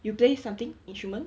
you play something instrument